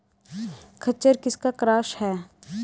खच्चर किसका क्रास है?